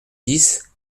dix